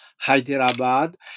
Hyderabad